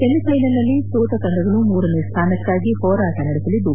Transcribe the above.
ಸೆಮಿಫೈನಲ್ನಲ್ಲಿ ಸೋತ ತಂಡಗಳು ಮೂರನೇ ಸ್ಥಾನಕ್ಕಾಗಿ ಹೋರಾಟ ನಡೆಸಲಿದ್ದು